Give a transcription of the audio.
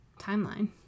timeline